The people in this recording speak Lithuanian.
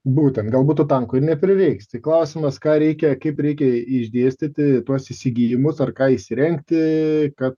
būtent galbūt tų tankų neprireiks tai klausimas ką reikia kaip reikia išdėstyti tuos įsigijimus ar ką įsirengti kad